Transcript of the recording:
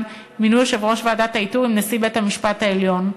מינוי יושב-ראש ועדת האיתור עם נשיא בית-המשפט העליון,